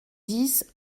dix